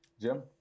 Jim